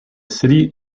city